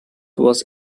was